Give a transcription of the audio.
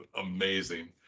amazing